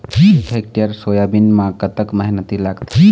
एक hectare soybean म कतक मेहनती लागथे?